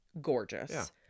gorgeous